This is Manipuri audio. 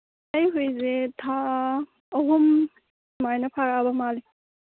ꯑꯩ ꯍꯨꯏꯁꯦ ꯊꯥ ꯑꯍꯨꯝ ꯁꯨꯃꯥꯏꯅ ꯐꯥꯔꯛꯑꯕ ꯃꯥꯜꯂꯤ